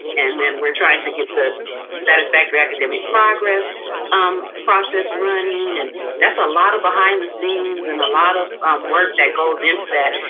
and then we're trying to get the satisfactory academic progress um process running. and that's a lot of behind the scenes and a lot of work that goes into that.